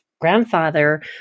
grandfather